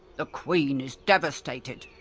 the queen is devastated.